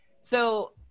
So-